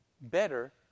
better